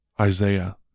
Isaiah